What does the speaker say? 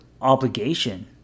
obligation